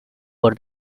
for